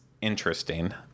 interesting